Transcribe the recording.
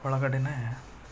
ಒಳಗಡೆನೇ